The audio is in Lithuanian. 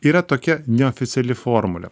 yra tokia neoficiali formulė